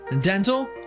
dental